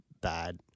bad